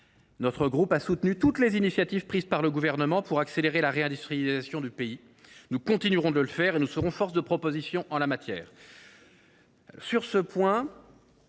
notre groupe a soutenu toutes les initiatives prises par le Gouvernement pour accélérer la réindustrialisation du pays. Nous continuerons de le faire et nous serons force de propositions en la matière. Fidèles